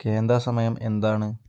കേന്ദ്ര സമയം എന്താണ്